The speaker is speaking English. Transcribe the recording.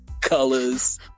colors